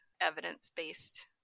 evidence-based